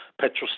petrol